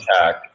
attack